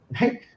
Right